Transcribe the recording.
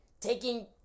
taking